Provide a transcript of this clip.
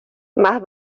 más